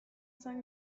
cinq